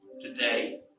today